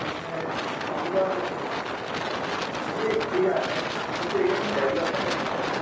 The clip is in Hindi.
मैं शाम को आ सकता हूँ सर मुझे ये जानना है कि उस एरिया में डेवलपमेन्ट अच्छे हैं ना